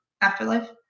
afterlife